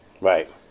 Right